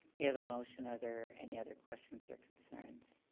and motion, are there any other questions or concerns?